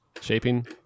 shaping